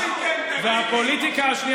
והפוליטיקה השנייה,